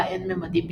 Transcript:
לה אין ממדים כלל.